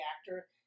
actor